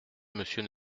monsieur